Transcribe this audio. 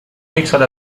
یکسال